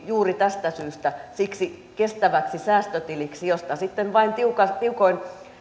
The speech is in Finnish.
juuri tästä syystä siksi kestäväksi säästötiliksi josta sitten vain tiukoin